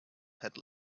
had